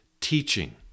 teaching